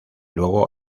luego